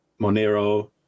Monero